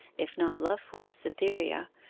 if not love for, cytherea,